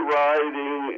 riding